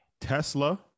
Tesla